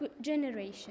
generation